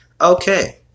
Okay